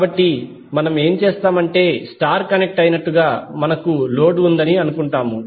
కాబట్టి మనం ఏమి చేస్తాం అంటే స్టార్ కనెక్ట్ అయినట్లుగా మనకు లోడ్ ఉందని అనుకుంటాము